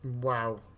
Wow